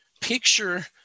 Picture